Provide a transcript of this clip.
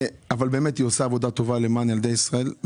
באמת היא עושה עבודה טובה למען ילדי ישראל.